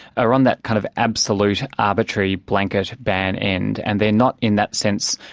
are on that kind of absolute arbitrary blanket-ban end, and they're not in that sense,